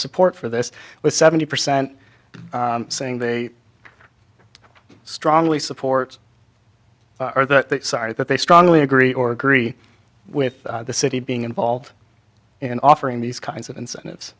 support for this with seventy percent saying they strongly support or the side that they strongly agree or agree with the city being involved in offering these kinds of incentive